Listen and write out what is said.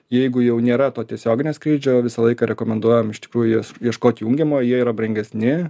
jeigu jau nėra to tiesioginio skrydžio visą laiką rekomenduojam iš tikrųjų jas ieškot jungiamojo jie yra brangesni